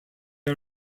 are